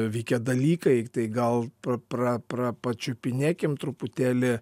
vykę dalykai tai gal pra pra pra pačiupinėkim truputėlį